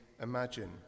imagine